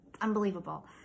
unbelievable